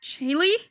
Shaylee